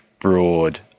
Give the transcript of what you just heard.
broad